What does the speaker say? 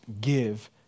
give